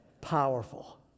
powerful